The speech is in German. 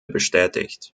bestätigt